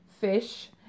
fish